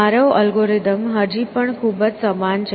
મારો અલ્ગોરિધમ હજી પણ ખૂબ સમાન છે